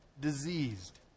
diseased